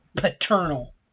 paternal